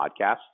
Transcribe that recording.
podcasts